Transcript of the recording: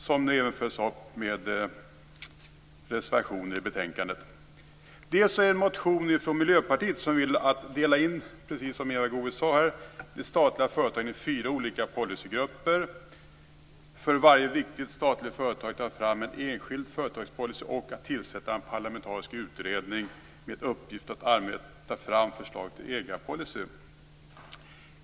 Motionen följs nu upp med reservationer i betänkandet. Utskottet avstyrker också en reservation från Miljöpartiet. Man vill, precis som Eva Goës sade, dela in de statliga företagen i fyra olika policygrupper. Man vill för varje viktigt statligt företag ta fram en enskild policy och man vill också tillsätta en parlamentarisk utredning med uppgift att ta fram förslag till ägarpolicy.